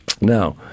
Now